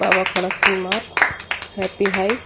بابا کھڑک سنگھ مارگ ہیپی ہائی